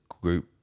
group